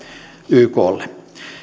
yklle